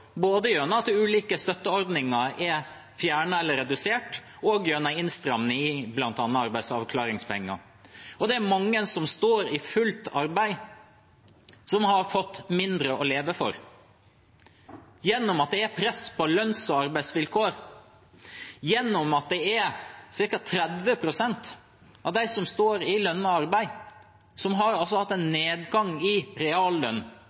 både gjennom at ulike støtteordninger er fjernet eller redusert, og gjennom innstramming i bl.a. arbeidsavklaringspenger. Det er mange som står i fullt arbeid som har fått mindre å leve for, gjennom at det er press på lønns- og arbeidsvilkår, gjennom at ca. 30 pst. av dem som står i lønnet arbeid, har hatt en nedgang i reallønn